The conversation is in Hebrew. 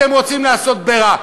אתם רוצים לעשות ברע.